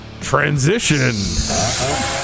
Transition